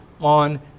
on